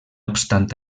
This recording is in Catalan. obstant